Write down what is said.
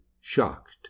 shocked